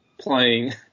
playing